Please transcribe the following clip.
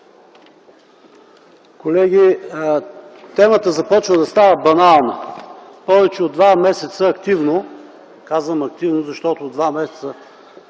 Колеги, темата започва да става банална. Повече от два месеца активно – казвам „активно”, защото от два месеца